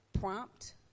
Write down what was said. prompt